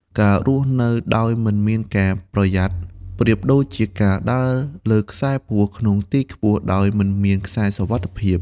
ការរស់នៅដោយមិនមានការប្រយ័ត្ន ប្រៀបដូចជាការដើរលើខ្សែពួរក្នុងទីខ្ពស់ដោយមិនមានខ្សែសុវត្ថិភាព។